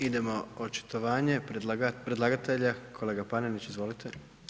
Idemo očitovanje predlagatelja, kolega Panenić izvolite.